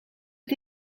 het